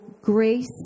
grace